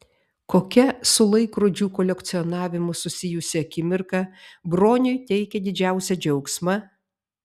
kokia su laikrodžių kolekcionavimu susijusi akimirka broniui teikia didžiausią džiaugsmą